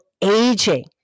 aging